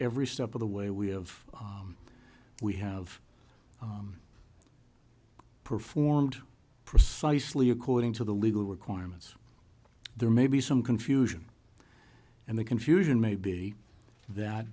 every step of the way we have we have performed precisely according to the legal requirements there may be some confusion and the confusion may be that